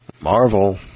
Marvel